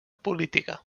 política